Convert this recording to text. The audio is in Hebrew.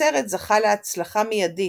הסרט זכה להצלחה מיידית,